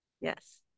Yes